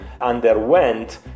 underwent